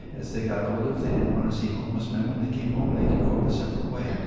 as they got older, if they didn't want to see homeless men when they came home, they could go up a separate way.